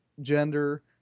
gender